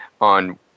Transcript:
on